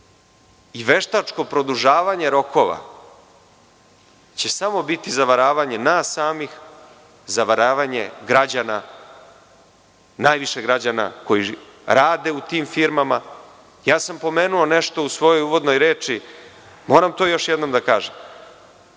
Veštačko produžavanje rokova će samo biti zavaravanje nas samih, zavaravanje najviše građana koji rade u tim firmama. Pomenuo sam nešto u svojoj uvodnoj reči. Moram to još jednom da kažem.